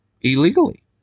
illegally